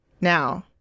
now